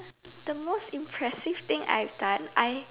the most impressive thing I've done I